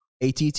ATT